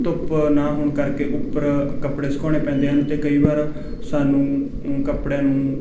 ਧੁੱਪ ਨਾ ਹੋਣ ਕਰਕੇ ਉੱਪਰ ਕੱਪੜੇ ਸੁਕਾਉਣੇ ਪੈਂਦੇ ਹਨ ਅਤੇ ਕਈ ਵਾਰ ਸਾਨੂੰ ਕੱਪੜਿਆਂ ਨੂੰ